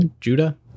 judah